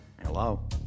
Hello